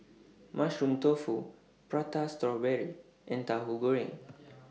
Mushroom Tofu Prata Strawberry and Tahu Goreng